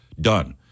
done